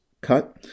cut